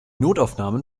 notaufnahmen